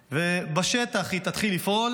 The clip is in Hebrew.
והיא תתחיל לפעול בשטח,